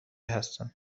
هستند